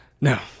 no